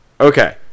Okay